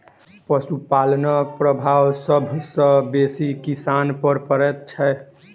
पशुपालनक प्रभाव सभ सॅ बेसी किसान पर पड़ैत छै